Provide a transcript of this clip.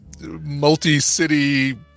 multi-city